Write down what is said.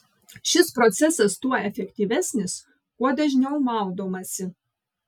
šis procesas tuo efektyvesnis kuo dažniau maudomasi